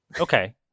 Okay